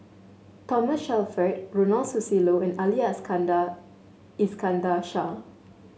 Thomas Shelford Ronald Susilo and Ali Iskandar Shah